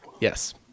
Yes